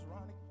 Ronnie